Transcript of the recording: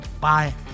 Bye